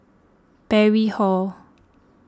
Parry Hall